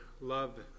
love